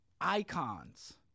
icons